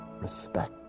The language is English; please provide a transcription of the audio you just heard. respect